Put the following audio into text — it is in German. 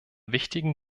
wichtigen